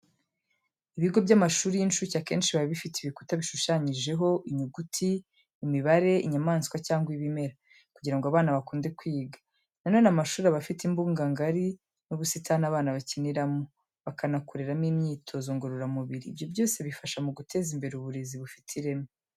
Ibigo by'amashuri y'incuke akenshi biba bifite ibikuta bishushanyijeho inyuguti, imibare, inyamaswa cyangwa ibimera, kugira ngo abana bakunde kwiga. Na none, amashuri aba afite imbuga ngari n'ubusitani abana bakiniramo, bakanakoreramo imyitozo ngororamubiri. Ibi byose bifasha mu guteza imbere uburezi bufite ireme.